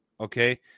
Okay